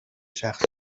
شخص